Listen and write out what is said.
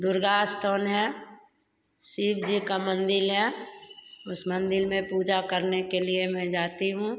दुर्गा स्थान है शिव जी का मंदिर है उस मंदिर में पूजा करने के लिए मैं जाती हूँ